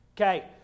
Okay